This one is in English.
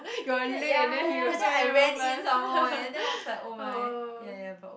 that ya ya ya that I went in some more eh then I was like oh my ya ya but o~